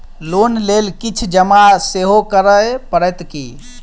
Loan लेल किछ जमा सेहो करै पड़त की?